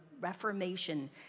Reformation